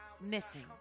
missing